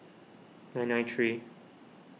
nine nine three